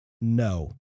no